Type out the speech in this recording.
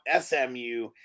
SMU